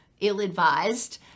ill-advised